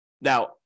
Now